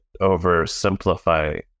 oversimplify